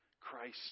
Christ